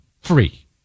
Free